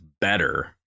better